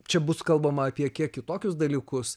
čia bus kalbama apie kiek kitokius dalykus